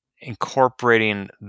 incorporating